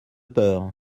peur